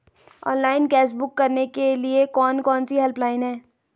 Online gas book करने के लिए कौन कौनसी हेल्पलाइन हैं?